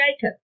Jacob